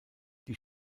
die